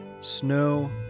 snow